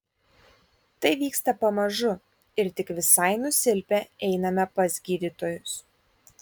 tai vyksta pamažu ir tik visai nusilpę einame pas gydytojus